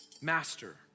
master